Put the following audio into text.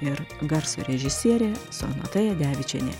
ir garso režisierė sonata jadevičienė